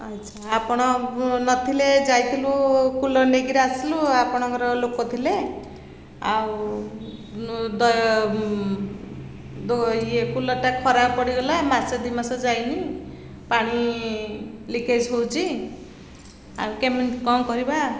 ଆଚ୍ଛା ଆପଣ ନଥିଲେ ଯାଇଥିଲୁ କୁଲର୍ ନେଇକିରି ଆସିଲୁ ଆପଣଙ୍କର ଲୋକ ଥିଲେ ଆଉ ଇଏ ଦ ଇଏ କୁଲର୍ଟା ଖରାପ ପଡ଼ିଗଲା ମାସ ଦୁଇ ମାସ ଯାଇନି ପାଣି ଲିକେଜ୍ ହେଉଛି ଆଉ କେମିତି କ'ଣ କରିବା